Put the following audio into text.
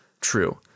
true